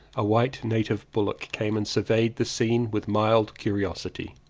a white native bullock came and surveyed the scene with mild curiosity.